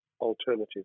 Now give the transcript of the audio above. alternative